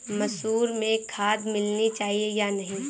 मसूर में खाद मिलनी चाहिए या नहीं?